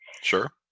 Sure